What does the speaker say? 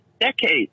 Decades